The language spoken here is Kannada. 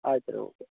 ಆಯ್ತು ರೀ ಓಕೆ